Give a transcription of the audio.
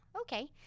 Okay